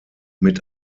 mit